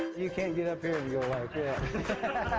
you can't get up here and go like yeah